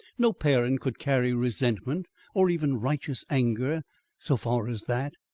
no parent could carry resentment or even righteous anger so far as that.